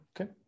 okay